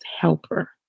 helper